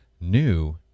new